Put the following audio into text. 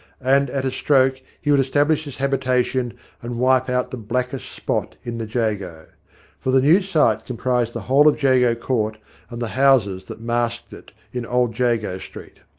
and at a stroke he would estab lish this habitation and wipe out the blackest spot in the jago. for the new site comprised the whole of jago court and the houses that masked it in old jago street.